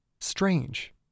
strange